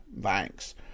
Thanks